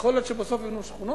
יכול להיות שבסוף יהיו לנו שכונות,